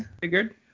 Figured